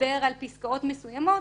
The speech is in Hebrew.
לדבר על פסקאות מסוימות.